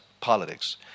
politics